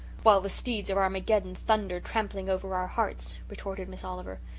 while the steeds of armageddon thunder, trampling over our hearts, retorted miss oliver.